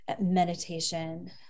meditation